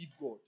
God